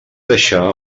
deixà